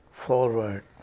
forward